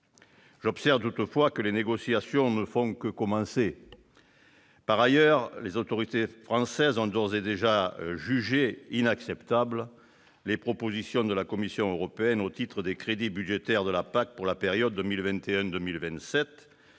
J'observe toutefois que les négociations ne font que commencer. Par ailleurs, les autorités françaises ont d'ores et déjà jugé « inacceptables » les propositions de la Commission européenne au titre des crédits budgétaires de la PAC pour la période 2021-2027